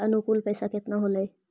अनुकुल पैसा केतना होलय